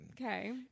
okay